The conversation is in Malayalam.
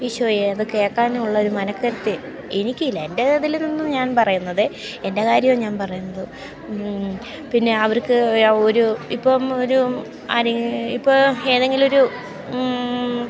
ഈശോയെ അത് കേൾക്കാനുള്ള ഒരു മനക്കരുത്ത് എനിക്ക് ഇല്ല എൻ്റെ ഇതിൽ നിന്നും ഞാൻ പറയുന്നത് എൻ്റെ കാര്യമാണ് ഞാൻ പറയുന്നത് പിന്നെ അവർക്ക് ഒരു ഇപ്പം ഒരു ഇപ്പം ഏതെങ്കിലുമൊരു